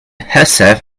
herself